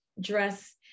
dress